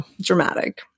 dramatic